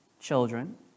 Children